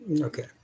Okay